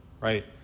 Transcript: right